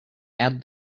add